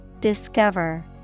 Discover